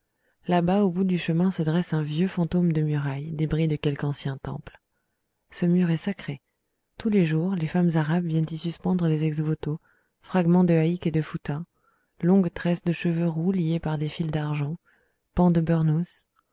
là-bas au bout du chemin se dresse un vieux fantôme de muraille débris de quelque ancien temple ce mur est sacré tous les jours les femmes arabes viennent y suspendre des ex-voto fragments de haïcks et de foutas longues tresses de cheveux roux liés par des fils d'argent pans de